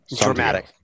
Dramatic